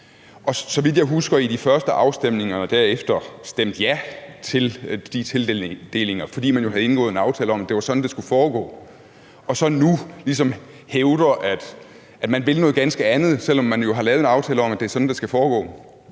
så vidt jeg husker, stemte man i de første afstemninger og derefter ja til de tildelinger, fordi man jo havde indgået en aftale om, at det er sådan, det skulle foregå. Og så hævder man nu, at man vil noget ganske andet, selv om man jo har lavet en aftale om, at det er sådan, det skal foregå.